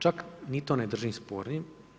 Čak ni to ne držim spornim.